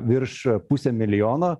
virš pusė milijono